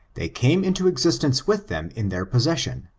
they came into existence with them in their possession,